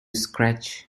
scratch